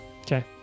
Okay